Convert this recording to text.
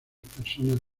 personas